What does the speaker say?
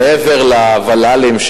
מעבר לוול"לים,